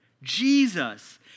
Jesus